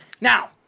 Now